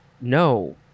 no